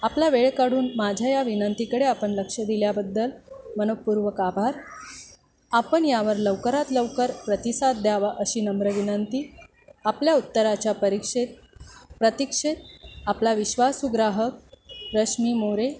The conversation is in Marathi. आपला वेळ काढून माझ्या या विनंतीकडे आपण लक्ष दिल्याबद्दल मनोपूर्वक आभार आपण यावर लवकरात लवकर प्रतिसाद द्यावा अशी नम्र विनंती आपल्या उत्तराच्या परीक्षेत प्रतिक्षेत आपला विश्वासु ग्राहक रश्मी मोरे